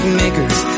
makers